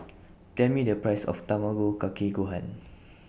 Tell Me The Price of Tamago Kake Gohan